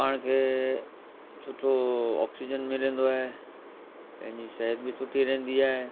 पाण खे सुठो ऑक्सीजन मिलंदो आहे पंहिंजी सिहत बि सुठी रहंदी आहे